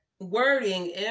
wording